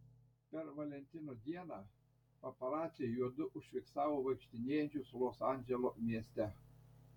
per valentino dieną paparaciai juodu užfiksavo vaikštinėjančius los andželo mieste